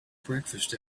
breakfast